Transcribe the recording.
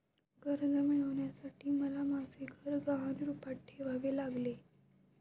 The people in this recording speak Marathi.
कर्ज मिळवण्यासाठी मला माझे घर गहाण रूपात ठेवावे लागले